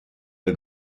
the